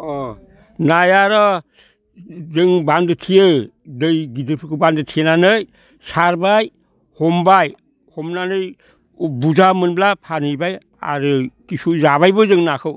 अ नाया आर' जों बान्दो थेयो दै गिदिरफोरखौ बान्दो थेनानै सारबाय हमबाय हमनानै बुरजा मोनब्ला फानहैबाय आरो खिसु जाबायबो जों नाखौ